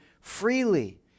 freely